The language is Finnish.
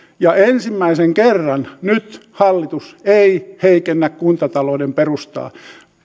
että ensimmäisen kerran nyt hallitus ei heikennä kuntatalouden perustaa